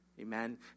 Amen